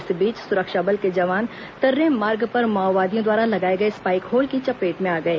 इस बीच सुरक्षा बल के जवान तर्रेम मार्ग पर माओवादियों द्वारा लगाए गए स्पाइक होल की चपेट में आ गए